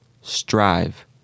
Strive